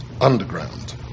Underground